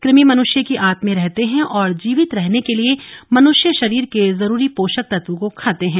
कृमि मनुष्य की आंत में रहते हैं और जीवित रहने के लिए मानव शरीर के जरूरी पोषक तत्व को खाते हैं